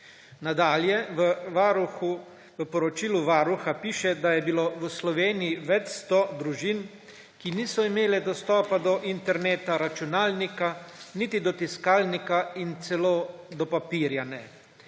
Nadalje v poročilu Varuha piše, da je bilo v Sloveniji več 100 družin, ki niso imele dostopa do interneta, računalnika niti do tiskalnika in celo do papirja ne.